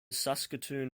saskatoon